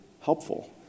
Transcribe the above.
helpful